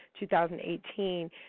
2018